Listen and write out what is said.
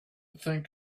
think